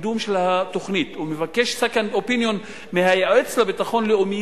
הקידום של התוכנית ומבקש second opinion מהיועץ לביטחון לאומי,